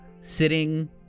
sitting